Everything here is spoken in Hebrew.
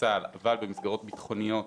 במסגרות ביטחוניות